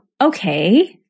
okay